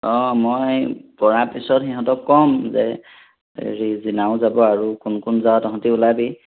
অ মই পঢ়াৰ পিছত সিহঁতক ক'ম যে হেৰি জিনাও যাব আৰু কোন কোন যাৱ তহঁতি ওলাবি